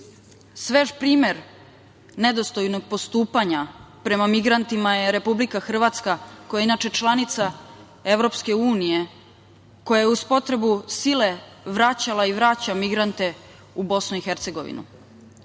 primer nedostojnog postupanja prema migrantima je Republika Hrvatska, koja je inače članica EU, koja je uz potrebu sile vraćala i vraća migrante u BiH.Deo